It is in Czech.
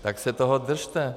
Tak se toho držte.